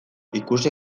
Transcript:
ikusi